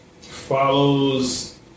follows